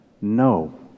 No